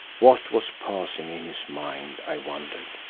what was passing in his mind, i wondered,